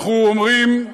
אנחנו אומרים,